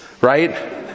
right